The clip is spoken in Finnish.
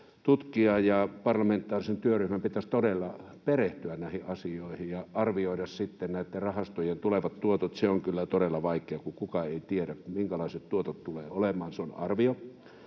tutkia, ja parlamentaarisen työryhmän pitäisi todella perehtyä näihin asioihin ja arvioida sitten näitten rahastojen tulevat tuotot. Se on kyllä todella vaikeaa, kun kukaan ei tiedä, minkälaisia tuottoja tulee olemaan. Se on arvio.